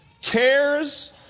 cares